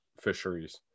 fisheries